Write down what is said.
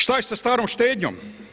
Što je sa starom štednjom?